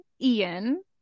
Ian